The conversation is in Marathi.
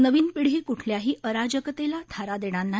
नवीन पिढी कुठल्याही अराजकतेला थारा देणार नाही